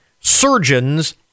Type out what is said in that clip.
surgeons